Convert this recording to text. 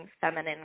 feminine